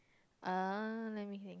uh let me think